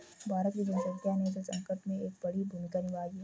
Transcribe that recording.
भारत की जनसंख्या ने जल संकट में एक बड़ी भूमिका निभाई है